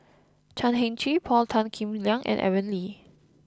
Chan Heng Chee Paul Tan Kim Liang and Aaron Lee